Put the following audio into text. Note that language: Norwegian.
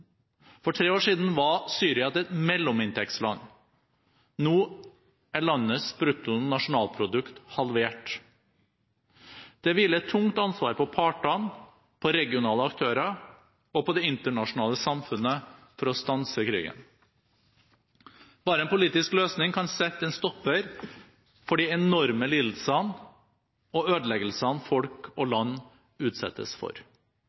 For tre år siden var Syria et mellominntektsland. Nå er landets bruttonasjonalprodukt halvert. Det hviler et tungt ansvar på partene, på regionale aktører og på det internasjonale samfunnet for å stanse krigen. Bare en politisk løsning kan sette en stopper for de enorme lidelsene og ødeleggelsene folk og land utsettes for: